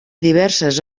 diverses